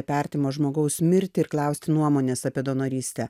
apie artimo žmogaus mirtį ir klausti nuomonės apie donorystę